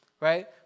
Right